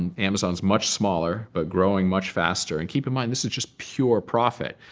and amazon's much smaller but growing much faster. and keep in mind, this is just pure profit.